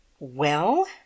Well